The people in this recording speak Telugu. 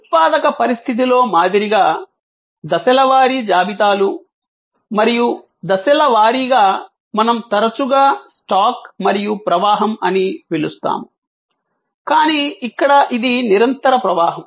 ఉత్పాదక పరిస్థితిలో మాదిరిగా దశల వారీ జాబితాలు మరియు దశల వారీగా మనం తరచుగా స్టాక్ మరియు ప్రవాహం అని పిలుస్తాము కానీ ఇక్కడ ఇది నిరంతర ప్రవాహం